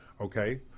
okay